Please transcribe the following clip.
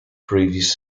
previous